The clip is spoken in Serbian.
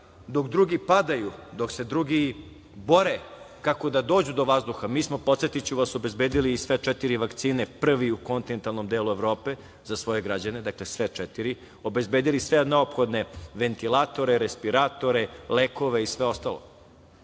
dok drugi padaju, dok se drugi bore kako da dođu do vazduha, mi smo, podsetiću vas, obezbedili i sve četiri vakcine prvi u kontinentalnom delu Evrope za svoje građane, dakle, sve četiri, obezbedili sve neophodne ventilatore, respiratore, lekove i sve ostalo.